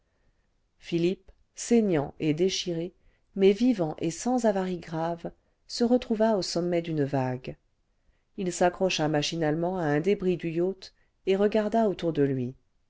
philippe saignant et déchiré mais vivant et sans avaries graves se retrouva au sommet d'une vague il s'accrocha machinalement à un débris du yacht et regarda autour de lui